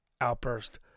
Outburst